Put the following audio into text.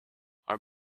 are